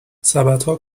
سبدها